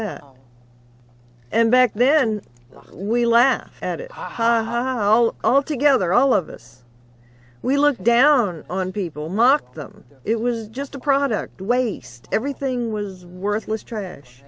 that and back then we laugh at it ha ha well all together all of us we look down on people mock them it was just a product waste everything was worthless trash